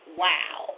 wow